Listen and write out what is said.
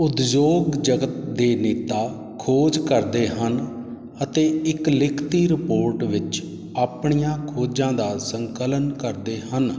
ਉਦਯੋਗ ਜਗਤ ਦੇ ਨੇਤਾ ਖੋਜ ਕਰਦੇ ਹਨ ਅਤੇ ਇੱਕ ਲਿਖਤੀ ਰਿਪੋਰਟ ਵਿੱਚ ਆਪਣੀਆਂ ਖੋਜਾਂ ਦਾ ਸੰਕਲਨ ਕਰਦੇ ਹਨ